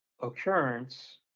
occurrence